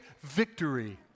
victory